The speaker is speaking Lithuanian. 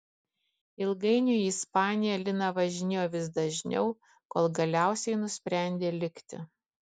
ilgainiui į ispaniją lina važinėjo vis dažniau kol galiausiai nusprendė likti